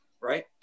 right